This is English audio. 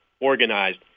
organized